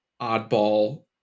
oddball